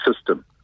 system